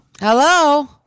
Hello